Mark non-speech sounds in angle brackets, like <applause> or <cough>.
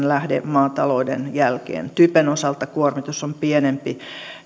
<unintelligible> lähde maatalouden jälkeen typen osalta kuormitus on pienempi